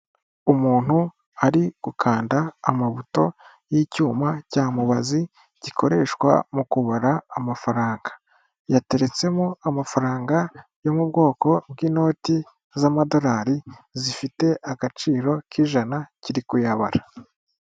Umuntu ari gukanda amabuto y'icyuma cya mubazi gikoreshwa mu kubara amafaranga yateretsemo amafaranga yo mu bwoko bw'inoti z'amadolari zifite agaciro k'ijana kiri kuyabara.